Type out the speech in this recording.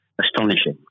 astonishing